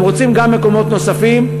והם רוצים מקומות נוספים.